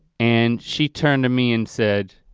and she turned to me and said